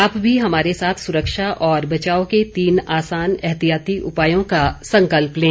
आप भी हमारे साथ सुरक्षा और बचाव के तीन आसान एहतियाती उपायों का संकल्प लें